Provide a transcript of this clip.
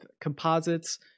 composites